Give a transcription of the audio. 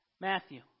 Matthew